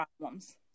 problems